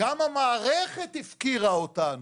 גם המערכת הפקירה אותנו.